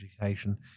education